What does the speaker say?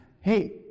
hey